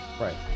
Right